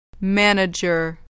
Manager